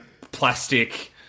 plastic